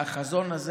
והחזון הזה